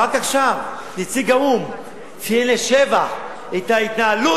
ורק עכשיו נציג האו"ם ציין לשבח את ההתנהלות